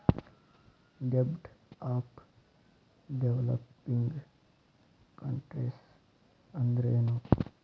ಡೆಬ್ಟ್ of developing countries ಅಂದ್ರೇನು?